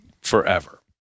forever